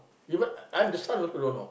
even I'm the son also don't know